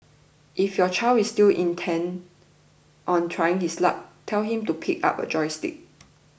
if your child is still intent on trying his luck tell him to pick up a joystick